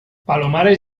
palomares